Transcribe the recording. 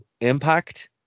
Impact